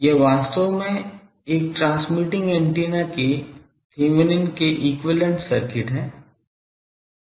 यह वास्तव में एक ट्रांसमिटिंग ऐन्टेना के थेवेनिन Thevenin's के समतुल्य सर्किट है